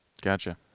Gotcha